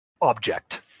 object